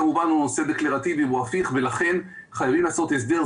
כמובן נושא דקלרטיבי והוא הפיך ולכן חייבים לעשות הסדר.